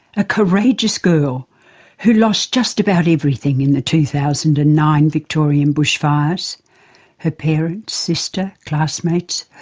a courageous girl who lost just about everything in the two thousand and nine victorian bushfires her parents, sister, classmates,